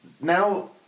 now